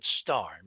star